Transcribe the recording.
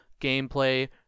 gameplay